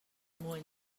mwy